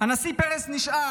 הנשיא פרס נשאל